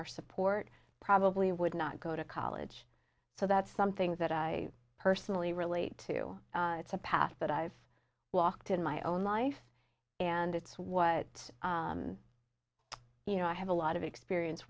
our support probably would not go to college so that's something that i personally relate to it's a path that i've walked in my own life and it's what you know i have a lot of experience